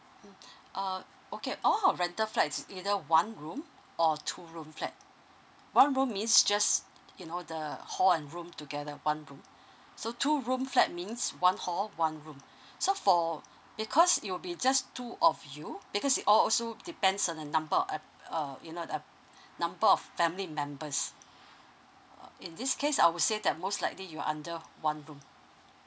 mm uh okay all our rental flat is either one room or two room flat one room means just you know the hall and room together one room so two room flat means one hall one room so for because it will be just two of you because it also depends on the number of app~ uh you know the number of family members uh in this case I would say the most likely you under one room